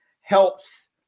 helps